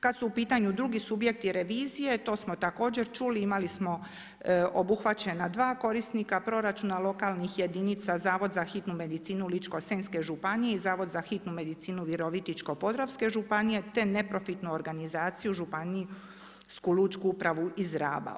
Kad su u pitanju drugi subjekti revizije, to smo također čuli, imali smo obuhvaćena dva korisnika proračuna lokalnih jedinica, Zavod za hitnu medicinu Ličko-senjske županije i Zavod za hitnu medicinu Virovitičko-podravske županije te neprofitnu organizaciju Županijsku lučku upravu iz Raba.